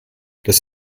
das